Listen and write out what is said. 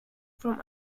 from